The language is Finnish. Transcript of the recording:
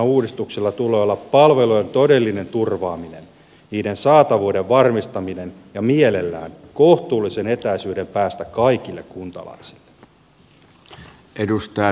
uudistuksella tulee olla tavoitteena palvelujen todellinen turvaaminen niiden saatavuuden varmistaminen ja mielellään kohtuullisen etäisyyden päästä kaikille kuntalaisille